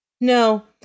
No